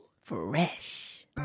Fresh